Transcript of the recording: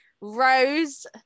Rose